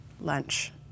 lunch